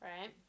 Right